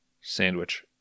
Sandwich